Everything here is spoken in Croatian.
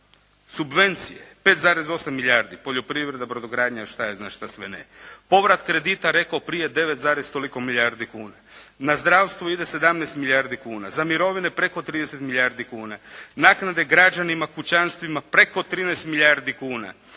Subvencije, 5,8 milijardi poljoprivreda, brodogradnja, što ja znam šta sve ne. Povrat kredita rekao prije 9, toliko milijardi kuna. Na zdravstvo ide 17 milijardi kuna, za mirovine preko 30 milijardi kuna. Naknade građanima, kućanstvima preko 13 milijardi kuna.